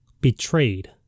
Betrayed